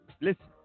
listen